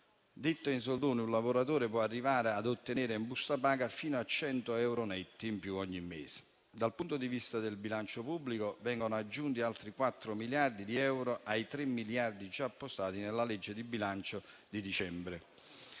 Detto in soldoni, un lavoratore può arrivare ad ottenere in busta paga fino a 100 euro netti in più ogni mese. Dal punto di vista del bilancio pubblico vengono aggiunti altri 4 miliardi di euro ai 3 miliardi già appostati nella legge di bilancio di dicembre.